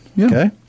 Okay